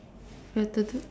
we've to do